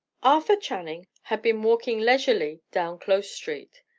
arthur channing had been walking leisurely down close street.